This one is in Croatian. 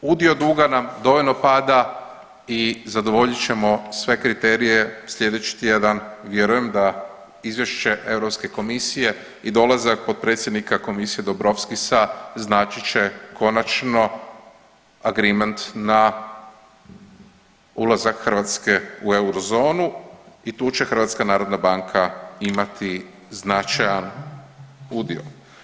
Udio duga nam dovoljno pada i zadovoljit ćemo sve kriterije, sljedeći tjedan vjerujem da izvješće Europske komisije i dolazak potpredsjednika Komisije Dombrovskisa značit će konačno agreement na ulazak Hrvatske u eurozonu i tu će HNB imati značajan udio.